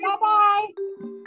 Bye-bye